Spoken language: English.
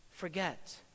forget